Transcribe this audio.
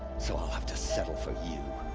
so i'll have to settle for you!